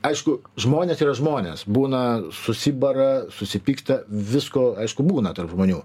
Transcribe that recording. aišku žmonės yra žmonės būna susibara susipykta visko aišku būna tarp žmonių